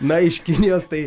na iš kinijos tai